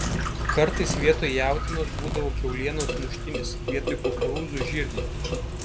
kartais vietoj jautienos būdavo kiaulienos muštinis vietoj kukurūzų žirniai